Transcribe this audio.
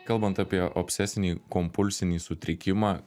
kalbant apie obsesinį kompulsinį sutrikimą